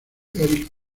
eric